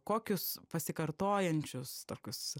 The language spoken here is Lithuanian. kokius pasikartojančius tokius